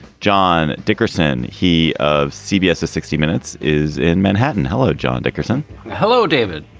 john dickerson, he of cbs sixty minutes is in manhattan. hello, john dickerson hello, david.